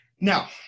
Now